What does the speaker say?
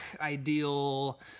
ideal